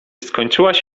skończyłaś